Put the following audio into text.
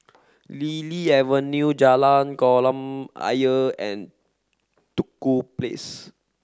Lily Avenue Jalan Kolam Ayer and Duku Place